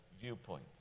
viewpoint